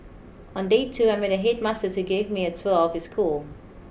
on day two I met a headmaster who gave me a tour of his school